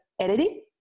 editing